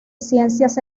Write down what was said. ciencias